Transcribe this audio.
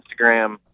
Instagram